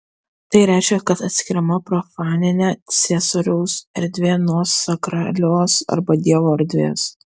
tai reiškia kad atskiriama profaninė ciesoriaus erdvė nuo sakralios arba dievo erdvės